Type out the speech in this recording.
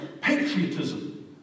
patriotism